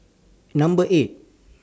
Number eight